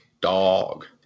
dog